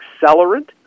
accelerant